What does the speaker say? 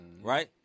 right